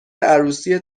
عروسی